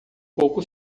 pouco